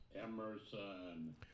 Emerson